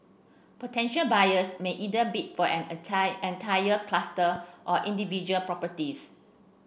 potential buyers may either bid for an entire cluster or individual properties